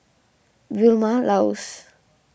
Vilma Laus